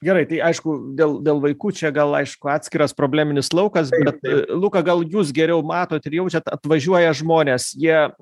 gerai tai aišku dėl dėl vaikų čia gal aišku atskiras probleminis laukas bet luka gal jūs geriau matot ir jaučiat atvažiuoja žmonės jie